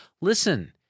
Listen